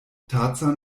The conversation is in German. tarzan